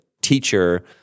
teacher